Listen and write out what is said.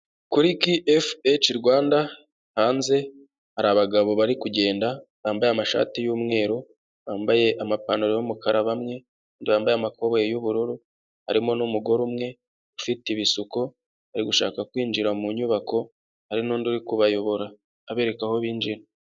Kuri ki efu eci (KFH) Rwanda hanze hari abagabo bari kugenda bambaye amashati y'umweru, bambaye amapantaro y'umukara bamwe yambaye amakobo y'ubururu harimo n'umugore umwe ufite ibisuko ari gushaka kwinjira mu nyubako hari n'undi uri kubayobora abereka aho binjira.